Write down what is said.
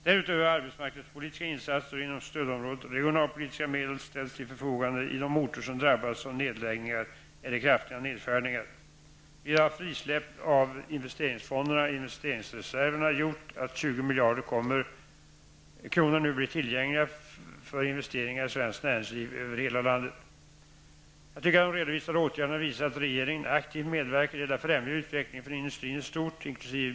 Därutöver har arbetsmarknadspolitiska insatser och inom stödområdet regionalpolitiska medel ställts till förfogande i de orter som drabbats av nedläggningar eller kraftiga nedskärningar. Vidare har frisläppet av investeringsfonderna och investeringsreserverna gjort att 20 miljarder kronor nu blir tillgängliga för investeringar i svenskt näringsliv över hela landet. Jag tycker de redovisade åtgärderna visar att regeringen aktivt medverkar till att främja utvecklingen för industrin i stort, inkl.